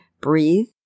breathe